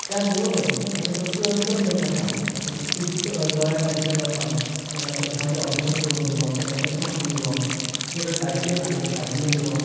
त्याच बरोबर तेंकां कसली अडचण जेन्ना येता कु दोळे नाशिल्ले लोकांक तेंकां चश्म्याची ओपरेशन करून दिवप तेंकां तेंकां चश्मा फ्री दिवप जेंच्या कडेन सायकली ना तेंकां सायकली दिवप